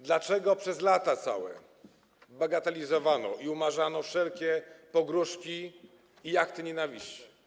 Dlaczego przez lata całe bagatelizowano i umarzano wszelkie sprawy pogróżek i aktów nienawiści?